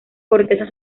corteza